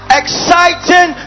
exciting